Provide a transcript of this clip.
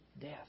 Death